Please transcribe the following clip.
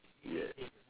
ya